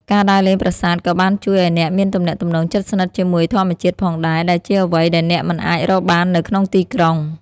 ការដើរលេងប្រាសាទក៏បានជួយឱ្យអ្នកមានទំនាក់ទំនងជិតស្និទ្ធជាមួយធម្មជាតិផងដែរ ដែលជាអ្វីដែលអ្នកមិនអាចរកបាននៅក្នុងទីក្រុង។